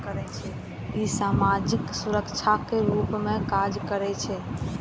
ई सामाजिक सुरक्षाक रूप मे काज करै छै